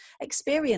experience